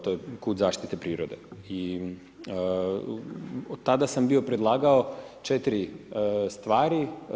To je kut zaštite prirode i tada sam bio predlagao 4 stvari.